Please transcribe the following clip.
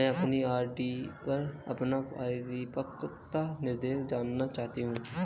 मैं अपनी आर.डी पर अपना परिपक्वता निर्देश जानना चाहती हूँ